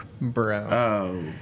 Bro